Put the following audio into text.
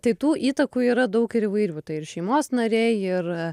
tai tų įtakų yra daug ir įvairių tai ir šeimos nariai ir